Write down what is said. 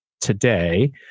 today